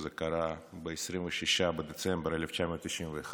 זה קרה ב-26 בדצמבר 1991,